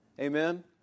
Amen